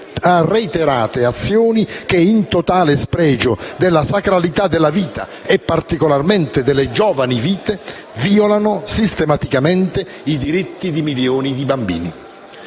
a reiterate azioni che, in totale spregio della sacralità della vita - e particolarmente delle giovani vite - violano sistematicamente i diritti di milioni di bambini.